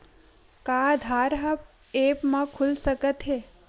का आधार ह ऐप म खुल सकत हे?